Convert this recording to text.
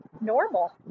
normal